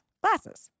Glasses